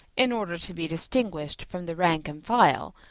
in order to be distinguished from the rank and file,